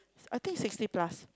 I think sixty plus